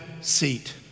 seat